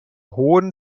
hohen